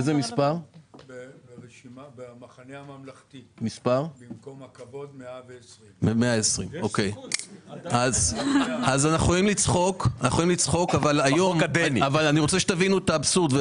אני במחנה הממלכתי במקום הכבוד 120. אנחנו יכולים לצחוק אבל תבינו את האבסורד.